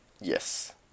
Yes